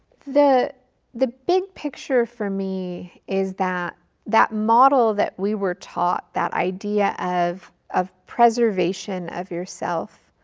the the big picture for me is that that model that we were taught, that idea of of preservation of yourself